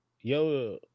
yo